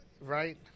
Right